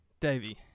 Davey